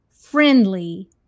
friendly